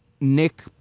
Nick